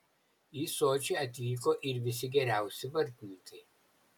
į sočį atvyko ir visi geriausi vartininkai